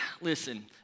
listen